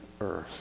earth